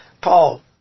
Paul